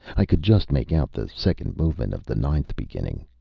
i could just make out the second movement of the ninth beginning.